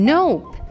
Nope